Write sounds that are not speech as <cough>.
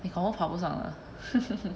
你 confirm 爬不上的 <laughs>